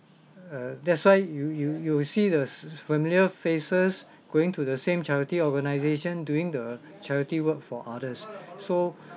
err that's why you you you see the s~familiar faces going to the same charity organisation doing the charity work for others so